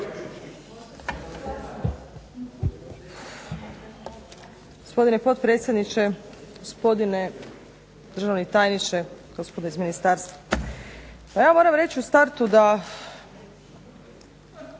Gospodine potpredsjedniče, gospodine državni tajniče, gospodo iz ministarstva. Pa ja moram reći u startu da